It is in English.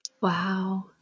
Wow